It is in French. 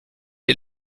est